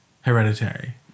Hereditary